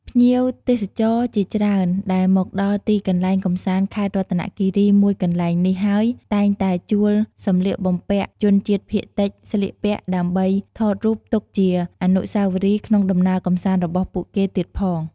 ភ្ញៀវទេសចរជាច្រើនដែលមកដល់ទីកន្លែងកម្សាន្តខេត្តរតនៈគិរីមួយកន្លែងនេះហើយតែងតែជួលសម្លៀកបំពាក់ជនជាតិភាគតិចស្លៀកពាក់ដើម្បី ថតរូបទុកជាអនុស្សាវរីយ៍ក្នុងដំណើរកម្សាន្តរបស់ពួកគេទៀតផង។